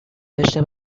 داشته